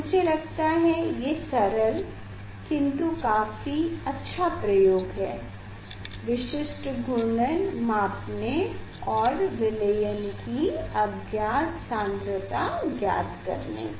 मुझे लगता है ये एक सरल किन्तु काफी अच्छा प्रयोग है विशिष्ट घूर्णन मापने और विलयन कि अज्ञात सांद्रता ज्ञात करने का